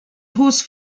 horse